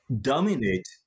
dominate